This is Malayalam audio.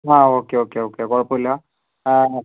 ആ ഓക്കേ ഓക്കേ കുഴപ്പമില്ല